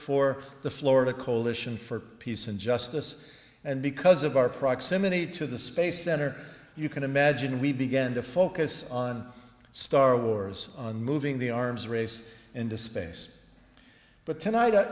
for the florida coalition for peace and justice and because of our proximity to the space center you can imagine we began to focus on star wars on moving the arms race into space but tonight